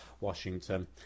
Washington